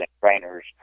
trainers